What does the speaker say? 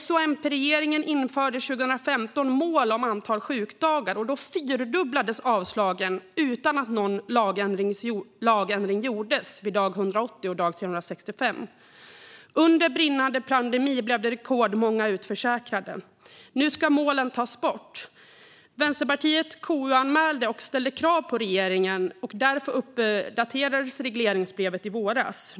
S-MP-regeringen införde år 2015 mål om antal sjukdagar, och då fyrdubblades avslagen utan att någon lagändring gjordes vid dag 180 och dag 365. Under brinnande pandemi blev rekordmånga utförsäkrade. Nu ska målen tas bort. Vänsterpartiet KU-anmälde och ställde krav på regeringen, och därför uppdaterades regleringsbrevet i våras.